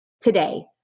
today